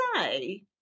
say